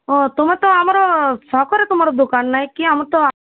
ହଁ ତୁମର ତ ଆମର ଛକରେ ତୁମର ଦୋକାନ ନାଇଁ କି ଆମର ତ